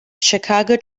chicago